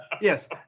yes